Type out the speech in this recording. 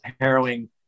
harrowing